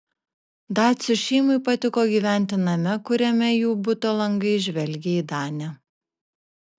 dacių šeimai patiko gyventi name kuriame jų buto langai žvelgė į danę